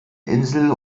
insel